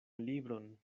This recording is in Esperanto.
libron